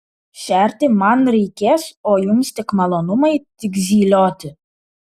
šerti man reikės o jums tik malonumai tik zylioti